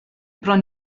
bron